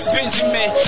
Benjamin